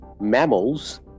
mammals